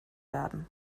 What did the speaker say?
werden